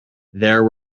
there